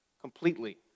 completely